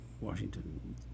Washington